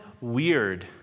weird